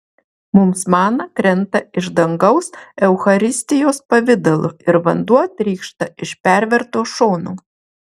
mums mana krenta iš dangaus eucharistijos pavidalu ir vanduo trykšta iš perverto šono